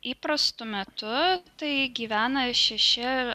įprastu metu taip gyvena šeši